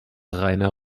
rainer